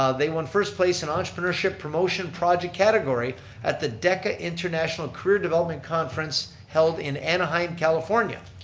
um they won first place in entrepreneurship promotion project category at the deca international career development conference held in anaheim, california.